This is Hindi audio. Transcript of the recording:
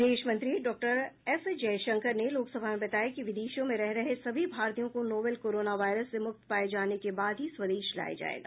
विदेश मंत्री डॉक्टर एस जयशंकर ने लोकसभा में बताया कि विदेशों में रह रहे सभी भारतीयों को नोवेल कोरोना वायरस से मुक्त पाये जाने के बाद ही स्वदेश लाया जायेगा